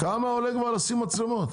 כמה עולה כבר לשים מצלמות?